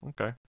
Okay